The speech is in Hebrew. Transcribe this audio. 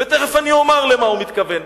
ותיכף אני אומר למה הוא מתכוון,